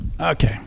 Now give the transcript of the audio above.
Okay